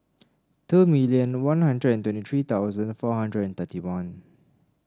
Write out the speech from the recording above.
two million One Hundred and twenty three four hundred and thirty one